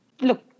Look